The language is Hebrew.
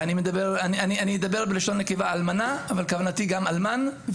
ואני אדבר בלשון נקבה, אלמנה, אבל כוונתי גם אלמן.